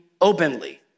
openly